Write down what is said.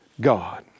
God